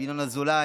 ינון אזולאי,